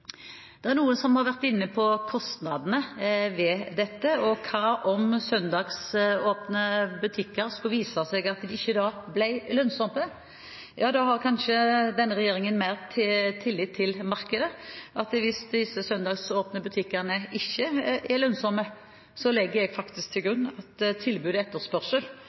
Noen har vært inne på kostnadene ved dette, og hva om søndagsåpne butikker skulle vise seg ikke å bli lønnsomme? Denne regjeringen har kanskje mer tillit til markedet. Dersom de søndagsåpne butikkene ikke er lønnsomme, legger jeg faktisk til grunn at tilbud og etterspørsel